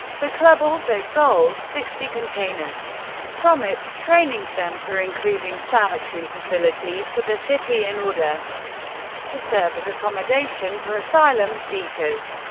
the club also sold sixty containers from its training center, including sanitary facilities, to the city, in order to serve as accommodation for asylum seekers.